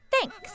Thanks